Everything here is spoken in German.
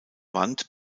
wand